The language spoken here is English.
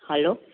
hello